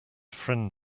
friend